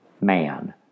man